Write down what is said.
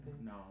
No